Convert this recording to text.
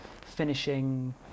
finishing